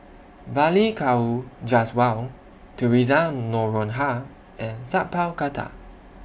Balli Kaur Jaswal Theresa Noronha and Sat Pal Khattar